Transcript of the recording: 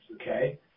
Okay